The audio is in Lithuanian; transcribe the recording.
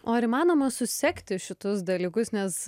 o ar įmanoma susekti šitus dalykus nes